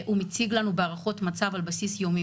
הוא מציג לנו בהערכות מצב על בסיס יומי